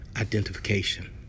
Identification